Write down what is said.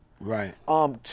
Right